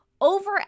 over